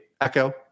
echo